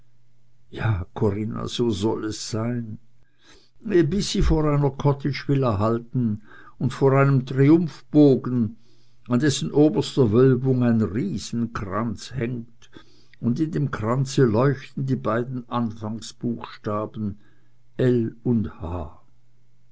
ja corinna so soll es sein bis sie vor einer cottagevilla halten und vor einem triumphbogen an dessen oberster wölbung ein riesenkranz hängt und in dem kranze leuchten die beiden anfangsbuchstaben l und h